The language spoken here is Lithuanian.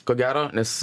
ko gero nes